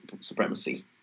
supremacy